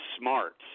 smart